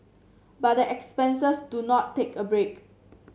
but the expenses do not take a break